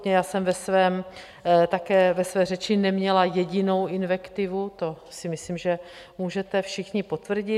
Já jsem také ve své řeči neměla jedinou invektivu, to si myslím, že můžete všichni potvrdit.